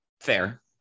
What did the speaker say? fair